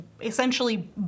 essentially